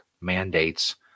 mandates